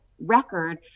record